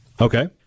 Okay